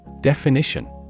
Definition